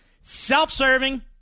self-serving